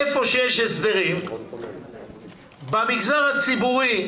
איפה שיש הסדרים במגזר הציבורי,